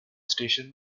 stationed